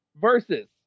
versus